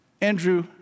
Andrew